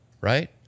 right